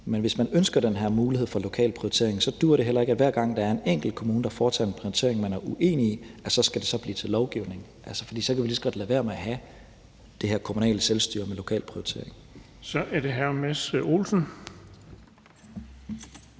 men hvis man ønsker den her mulighed for lokal prioritering, duer det heller ikke, at hver gang der er en enkelt kommune, der foretager en prioritering, man er uenig i, skal det resultere i lovgivning, for så kan vi lige så godt lade være med at have det kommunale selvstyre med lokal prioritering. Kl. 14:44 Den